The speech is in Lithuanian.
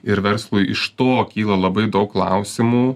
ir verslui iš to kyla labai daug klausimų